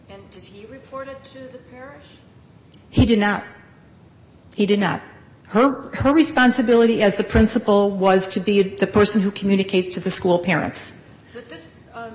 or he did not he did not her own responsibility as the principal was to be the person who communicates to the school parents